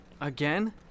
Again